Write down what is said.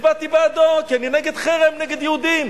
הצבעתי בעדו כי אני נגד חרם נגד יהודים,